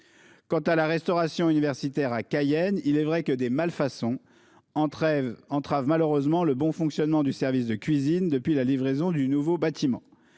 Quant à la restauration universitaire à Cayenne, il est vrai que des malfaçons entravent malheureusement le bon fonctionnement du service de cuisine depuis la livraison du nouveau bâtiment.